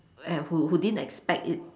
an~ who who didn't expect it